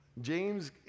James